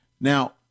Now